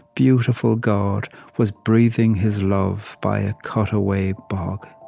beautiful god was breathing his love by a cut-away bog.